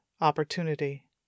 opportunity